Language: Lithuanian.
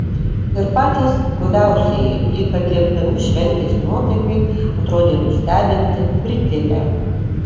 ir patys guviausieji lyg atliepdami šventės nuotaikai atrodė nustebinti pritilę